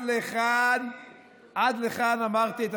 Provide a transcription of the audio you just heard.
אמרתי,